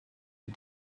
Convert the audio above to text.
you